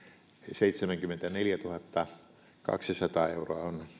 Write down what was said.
seitsemänkymmentäneljätuhattakaksisataa euroa on